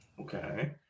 Okay